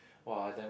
!wah! it's damn